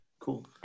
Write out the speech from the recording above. cool